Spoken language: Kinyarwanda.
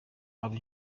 aba